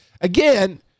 again